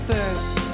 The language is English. First